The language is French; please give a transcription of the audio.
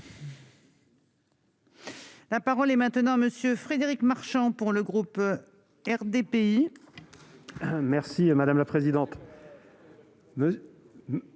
La parole est maintenant Monsieur Frédéric Marchand pour le groupe RDPI. Merci madame la présidente.